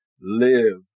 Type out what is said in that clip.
live